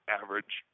average